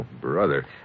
brother